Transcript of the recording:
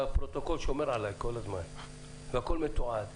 הפרוטוקול שומר עלי כל הזמן והכל מתועד.